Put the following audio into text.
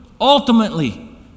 ultimately